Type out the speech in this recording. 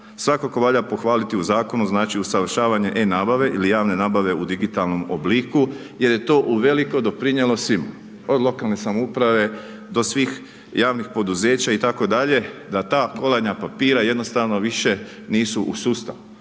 Svakako valja pohvaliti u zakonu znači usavršavanje e-nabave ili javne nabave u digitalnom obliku jer je to uveliko doprinijelo svima od lokalne samouprave do svih javnih poduzeća itd. da ta kolanja papira jednostavno više nisu u sustavu.